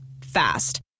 Fast